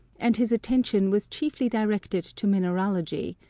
and his attention was chiefly directed to mineralogy,